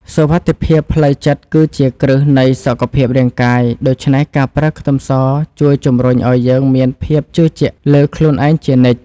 សុវត្ថិភាពផ្លូវចិត្តគឺជាគ្រឹះនៃសុខភាពរាងកាយដូច្នេះការប្រើខ្ទឹមសជួយជម្រុញឱ្យយើងមានភាពជឿជាក់លើខ្លួនឯងជានិច្ច។